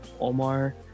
Omar